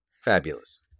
Fabulous